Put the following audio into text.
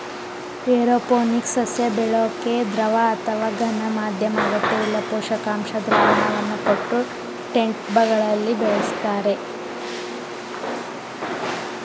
aeroponics ಸಸ್ಯ ಬೆಳ್ಯೋಕೆ ದ್ರವ ಅಥವಾ ಘನ ಮಾಧ್ಯಮ ಅಗತ್ಯವಿಲ್ಲ ಪೋಷಕಾಂಶ ದ್ರಾವಣವನ್ನು ಕೊಟ್ಟು ಟೆಂಟ್ಬೆಗಳಲ್ಲಿ ಬೆಳಿಸ್ತರೆ